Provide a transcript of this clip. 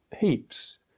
heaps